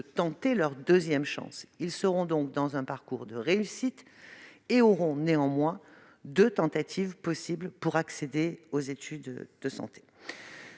d'une deuxième tentative. Ils seront donc dans un parcours de réussite et auront néanmoins deux tentatives possibles pour accéder aux études de santé.